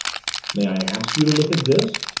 may i ask you to look at this?